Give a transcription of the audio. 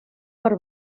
per